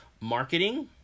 marketing